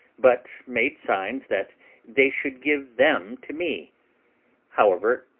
but made signs that they should give them to me however,